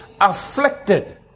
afflicted